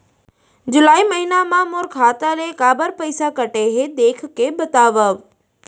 जुलाई महीना मा मोर खाता ले काबर पइसा कटे हे, देख के बतावव?